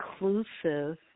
inclusive